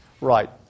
Right